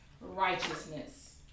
righteousness